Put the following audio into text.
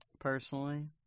personally